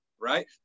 right